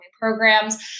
programs